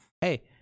hey